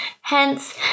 Hence